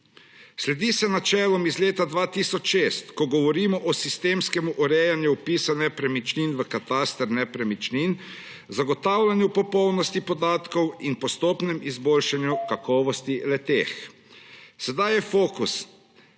Sledi se načelom iz leta 2006, ko govorimo o sistemskem urejanju vpisa nepremičnin v kataster nepremičnin, zagotavljanju popolnosti podatkov in postopnem izboljšanju kakovosti le-teh. Sedaj je fokus